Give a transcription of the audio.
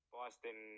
Boston